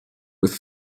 with